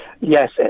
Yes